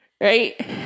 right